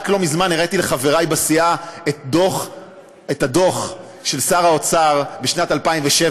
רק לא מזמן הראיתי לחברי בסיעה את הדוח של שר האוצר משנת 2007,